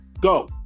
go